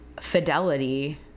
fidelity